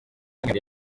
samuel